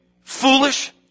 foolish